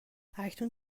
اکنون